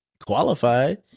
Qualified